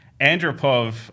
Andropov